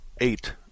eight